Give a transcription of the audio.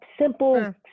simple